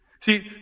See